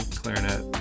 clarinet